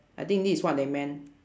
I think this is what they meant